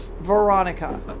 Veronica